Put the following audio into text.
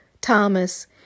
Thomas